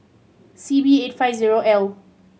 C B eight five zero L